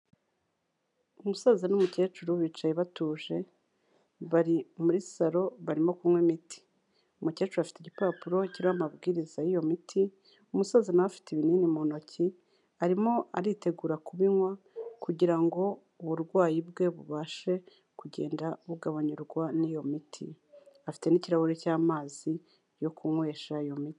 Umusaza n'umukecuru bicaye batuje bari muri saro barimo kunywa imiti, umukecuru afite igipapuro kiriho amabwiriza y'iyo miti, umusaza nawe afite ibinini mu ntoki arimo aritegura kubinywa kugira ngo uburwayi bwe bubashe kugenda bugabanurwa n'iyo miti, afite n'ikirahuri cy'amazi yo kunywesha iyo mitwe.